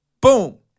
boom